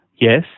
Yes